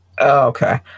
Okay